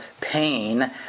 pain